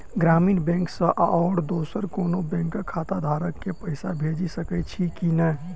ग्रामीण बैंक सँ आओर दोसर कोनो बैंकक खाताधारक केँ पैसा भेजि सकैत छी की नै?